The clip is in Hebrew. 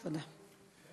תודה.